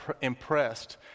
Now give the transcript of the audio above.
impressed